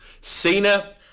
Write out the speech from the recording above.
Cena